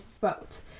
vote